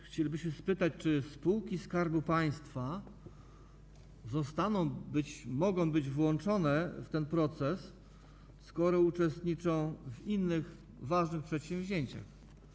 Chcielibyśmy spytać, czy spółki Skarbu Państwa mogą być włączone w ten proces, skoro uczestniczą w innych ważnych przedsięwzięciach.